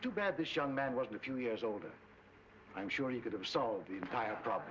too bad this young man was a few years old and i'm sure you could have solved the entire problem